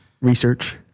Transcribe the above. research